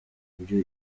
byo